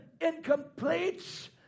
incomplete